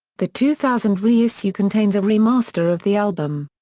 the two thousand reissue contains a remaster of the album.